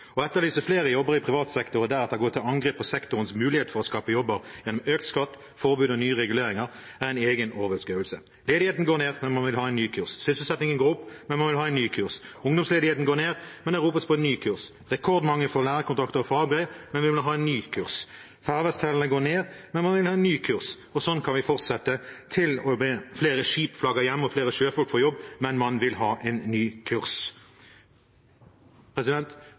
Å etterlyse flere jobber i privat sektor og deretter gå til angrep på sektorens muligheter for å skape jobber gjennom økt skatt, forbud og nye reguleringer er en egen øvelse. Ledigheten går ned, men man vil ha en ny kurs. Sysselsettingen går opp, men man vil ha en ny kurs. Ungdomsledigheten går ned, men det ropes på en ny kurs. Rekordmange får lærekontrakter og fagbrev, men man vil ha en ny kurs. Fraværstallene går ned, men man vil ha en ny kurs. Sånn kan vi fortsette. Til og med flere skip flagger hjem og flere sjøfolk får jobb, men man vil ha en ny kurs.